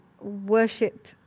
worship